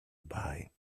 buy